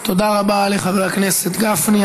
תודה רבה לחבר הכנסת גפני.